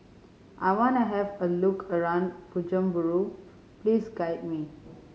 I want to have a look around Bujumbura Please guide me